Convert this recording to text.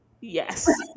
yes